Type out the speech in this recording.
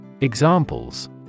Examples